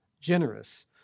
generous